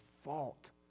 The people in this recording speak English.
fault